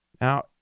Now